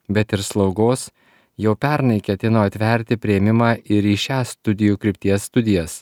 bet ir slaugos jau pernai ketino atverti priėmimą ir į šias studijų krypties studijas